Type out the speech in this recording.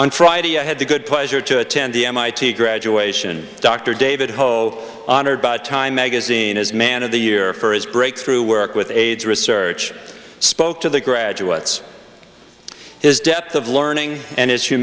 on friday i had the good pleasure to attend the mit graduation dr david ho honored by time magazine as man of the year for his breakthrough work with aids research spoke to the graduates his depth of learning and his